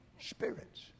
spirits